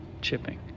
chipping